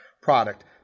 product